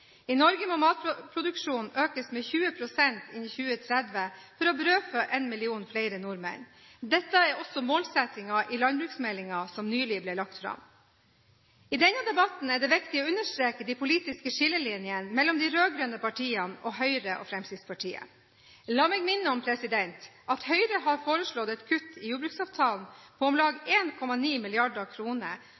I Norge må matproduksjonen økes med 20 pst. innen 2030 for å brødfø én million flere nordmenn. Dette er også målsettingen i landbruksmeldingen, som nylig ble lagt fram. I denne debatten er det viktig å understreke de politiske skillelinjene mellom de rød-grønne partiene og Høyre og Fremskrittspartiet. La meg minne om at Høyre har foreslått et kutt i jordbruksavtalen på om lag